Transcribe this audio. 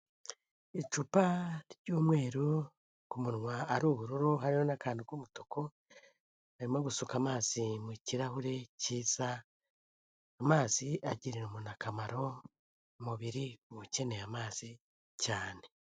Icupa ry'umweru ku munwa ari ubururu hariho n'akantu k'umutuku, barimo gusuka amazi mu kirahure cyiza; amazi agirira umuntu akamaro, umubiri uba ukeneye amazi cyane.